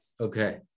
Okay